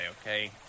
okay